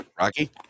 Rocky